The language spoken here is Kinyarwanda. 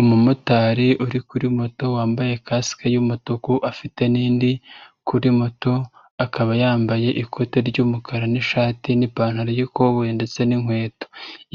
Umumotari uri kuri mo muto wambaye kasike y'umutuku afite nindi kuri moto, akaba yambaye ikote ry'umukara n'ishati n'ipantaro yi kobo ndetse n'inkweto,